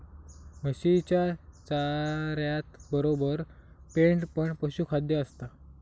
म्हशीच्या चाऱ्यातबरोबर पेंड पण पशुखाद्य असता